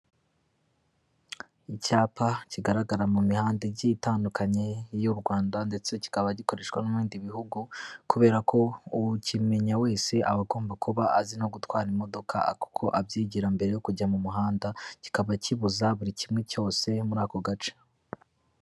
Icyapa kigaragara mu mihanda igiye itandukanye y'u Rwanda ndetse kikaba gikoreshwa ni mu bindi bihugu kubera ko ukimenya wese aba agomba kuba azi no gutwara imodoka kuko abyigira mbere yo kujya mu muhanda, kikaba kibuza buri kimwe cyose muri ako gace.